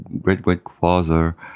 great-great-father